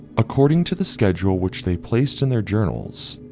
according to the schedule which they placed in their journals,